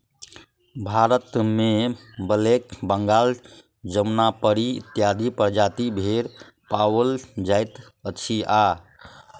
भारतमे ब्लैक बंगाल, जमुनापरी इत्यादि प्रजातिक भेंड़ पाओल जाइत अछि आ